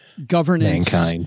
Governance